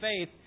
faith